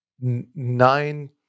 Nine